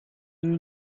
you